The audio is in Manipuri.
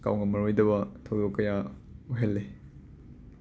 ꯀꯥꯎꯉꯝꯃꯔꯣꯢꯗꯕ ꯊꯧꯗꯣꯛ ꯀꯌꯥ ꯑꯣꯏꯍꯜꯂꯦ